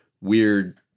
weird